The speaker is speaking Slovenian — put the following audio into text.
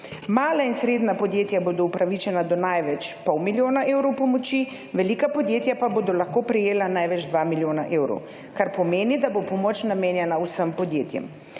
Mala in srednja podjetja bodo upravičena do največje pol milijona evrov pomoči velika podjetja pa bodo lahko prejela največ dva milijona evrov, kar pomeni, da bo pomoč namenjena vsem podjetjem.